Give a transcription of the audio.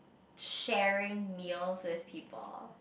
sharing meals with people